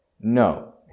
no